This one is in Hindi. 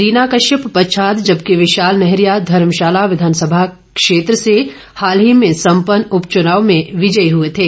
रीना कश्यप पच्छाद जबकि विशाल नैहरिया धर्मशाला विधानसभा क्षेत्र से हाल ही में संपन्न उपच्नाव में विजयी हए थे